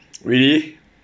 really